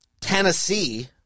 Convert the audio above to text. Tennessee